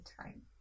time